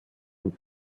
und